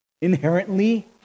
inherently